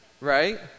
right